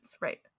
Right